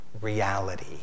reality